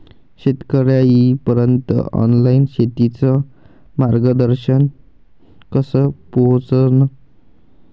शेतकर्याइपर्यंत ऑनलाईन शेतीचं मार्गदर्शन कस पोहोचन?